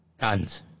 Guns